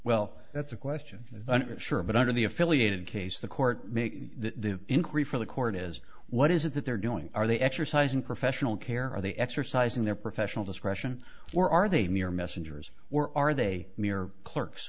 well that's a question sure but under the affiliated case the court make the increase for the court is what is it that they're doing are they exercising professional care are the exercising their professional discretion or are they mere messengers or are they mere clerks